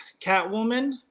Catwoman